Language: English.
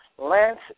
Lance